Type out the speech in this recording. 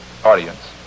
audience